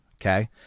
okay